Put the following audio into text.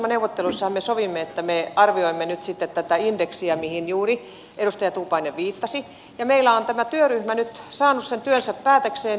hallitusohjelmaneuvotteluissahan me sovimme että me arvioimme nyt sitten tätä indeksiä mihin juuri edustaja tuupainen viittasi ja meillä on tämä työryhmä nyt saanut sen työnsä päätökseen